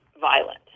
violent